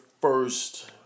first